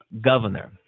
governor